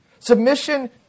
Submission